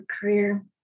career